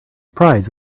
prize